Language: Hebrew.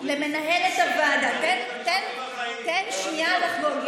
תעבירו את המשלוחים החיים, תן שנייה לחגוג.